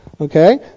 Okay